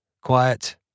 quiet